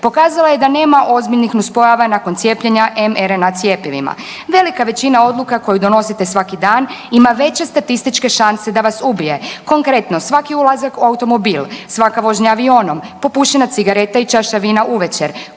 pokazala je da nema ozbiljnih nuspojava nakon cijepljenja mRNA. Velika većina odluka koju donosite svaki dan ima veće statističke šanse da vas ubije, konkretno svaki ulazak u automobil, svaka vožnja avionom, popušena cigareta i čaša vina uvečer,